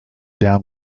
down